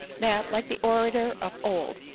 that, like the orator of old,